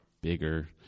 bigger